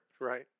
right